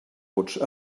vots